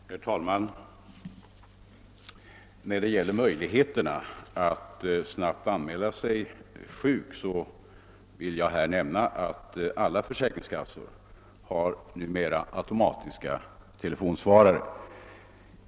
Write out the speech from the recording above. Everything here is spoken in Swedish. Herr talman! Jag vill här nämna att när det gäller möjligheterna att snabbt anmäla sjukdomsfall har alla försäk ringskassor numera automatiska telefonsvarare.